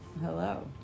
Hello